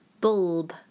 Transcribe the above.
Bulb